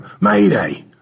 Mayday